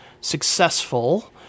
successful